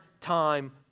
time